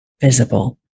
visible